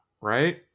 right